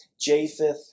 Japheth